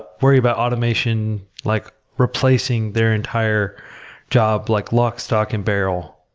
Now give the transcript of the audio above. worry about automation like replacing there entire job like lock stock and barrel.